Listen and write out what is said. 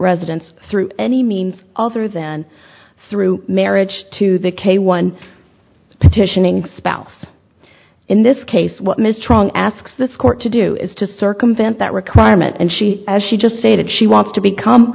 residence through any means other than through marriage to the k one petitioning spouse in this case what ms truong asks this court to do is to circumvent that requirement and she as she just stated she wants to become